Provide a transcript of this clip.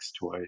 toy